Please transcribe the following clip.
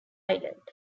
island